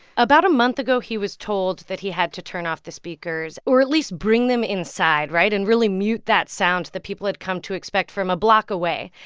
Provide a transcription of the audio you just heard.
about a month ago, he was told that he had to turn off the speakers or at least bring them inside right? and really mute that sound that people had come to expect from a block away.